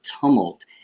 tumult